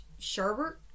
Sherbert